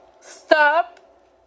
stop